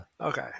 Okay